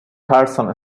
carson